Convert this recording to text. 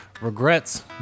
regrets